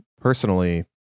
personally